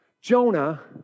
Jonah